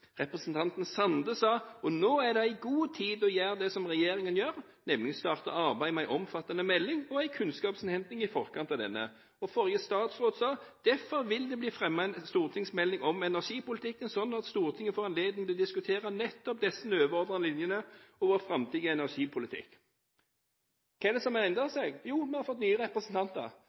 Representanten Sande sa: «Og no er ei god tid for å gjere det som regjeringa gjer, nemleg å starte arbeidet med ei omfattande melding og ei kunnskapsinnhenting i forkant av ho.» Forrige statsråd sa: «Det vil derfor bli fremmet en stortingsmelding om energipolitikken, slik at Stortinget får anledning til å diskutere nettopp disse overordnede linjene og vår framtidige energipolitikk.» Hva er det som har endret seg? Jo, vi har fått nye